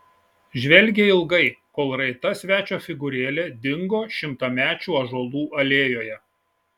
žvelgė ilgai kol raita svečio figūrėlė dingo šimtamečių ąžuolų alėjoje